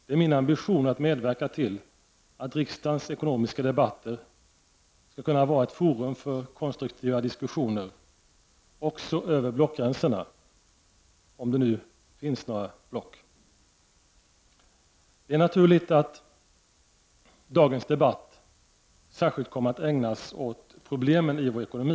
Det är min ambition att medverka till att riksdagens ekonomiska debatter skall kunna vara ett forum för konstruktiva diskussioner även över blockgränserna — om det nu finns några block. Det är naturligt att dagens debatt särskilt kommer att ägnas åt problemen i vår ekonomi.